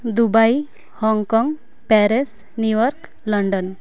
Dubai Hong Kong Paris New York London